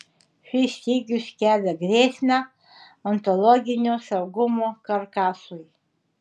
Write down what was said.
šis stygius kelia grėsmę ontologinio saugumo karkasui